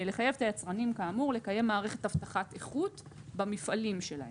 לחייב את היצרנים כאמור לקיים מערכת הבטחת איכות במפעלים שלהם.